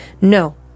No